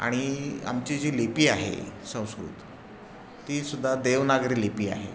आणि आमची जी लिपी आहे संस्कृत ती सुद्धा देवनागरी लिपी आहे